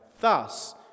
Thus